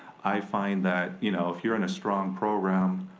i find that you know if you're in a strong program,